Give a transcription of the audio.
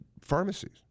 pharmacies